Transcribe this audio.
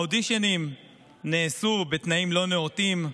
האודישנים נעשו בתנאים לא נאותים,